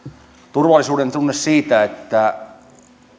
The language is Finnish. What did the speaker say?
turvallisuudentunne siitä että